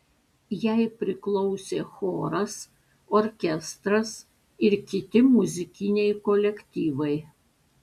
jai priklausė choras orkestras ir kiti muzikiniai kolektyvai